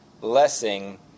blessing